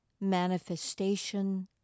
manifestation